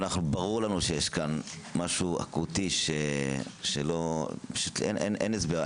אבל ברור לנו שיש כאן משהו אקוטי שפשוט אין לו הסבר.